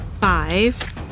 five